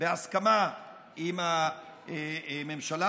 בהסכמה עם הממשלה,